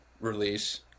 release